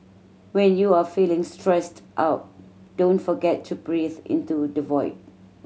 when you are feeling stressed out don't forget to breathe into the void